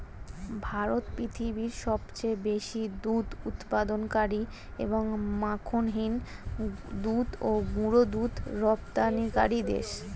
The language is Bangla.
ভারত পৃথিবীর সবচেয়ে বেশি দুধ উৎপাদনকারী এবং মাখনহীন দুধ ও গুঁড়ো দুধ রপ্তানিকারী দেশ